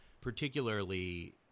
particularly